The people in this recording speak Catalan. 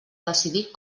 decidir